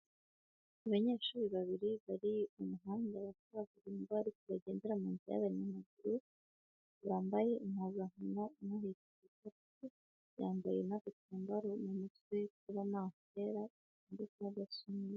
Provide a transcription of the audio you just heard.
Abanyeshuri babiri bari mu muhanda wa kaburimbo , ariko bagendera mu nzira y'abanyamaguru bambaye impubankano, umwe ahetse igikapu, yambaye agatambaro mu mutwe k'ibara ryera, kameze nk'agasume.